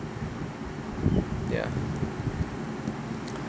ya